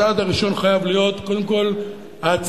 הצעד הראשון חייב להיות קודם כול ההצמדה